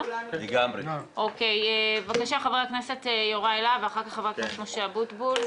חבר הכנסת יוראי להב ואחריו חבר הכנסת משה אבוטבול.